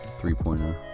three-pointer